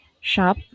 shop